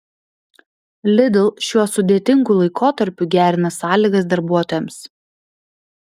lidl šiuo sudėtingu laikotarpiu gerina sąlygas darbuotojams